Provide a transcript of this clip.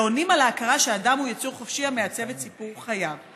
ועונים על ההכרה שאדם הוא יצור חופשי המעצב את סיפור חייו.